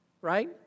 Right